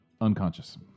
Unconscious